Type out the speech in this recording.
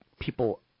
people